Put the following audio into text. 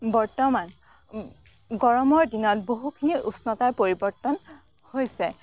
বৰ্তমান গৰমৰ দিনত বহুখিনি উষ্ণতাৰ পৰিৱৰ্তন হৈছে